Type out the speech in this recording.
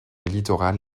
littoral